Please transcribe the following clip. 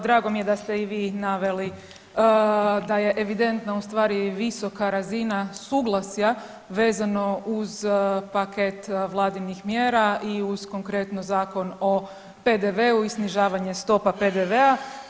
Drago mi je da ste i vi naveli da je evidentno ustvari visoka razina suglasja vezano uz paket vladinih mjera i uz konkretno Zakon o PDV-u i snižavanju stopa PDV-a.